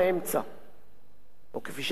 או כפי שהרמב"ם קורא לזה, שביל הזהב.